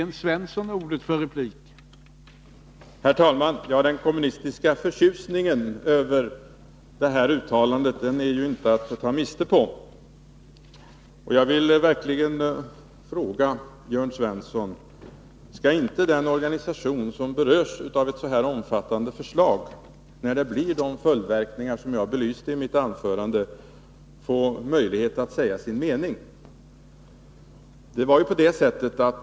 Herr talman! Den kommunistiska förtjusningen över det här uttalandet kan man inte ta miste på. Jag vill verkligen fråga Jörn Svensson: Skall inte den organisation som berörs av ett så omfattande förslag — när följderna blir de som jag belyste i mitt anförande — få möjlighet att säga sin mening?